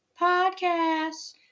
Podcast